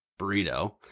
burrito